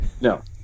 No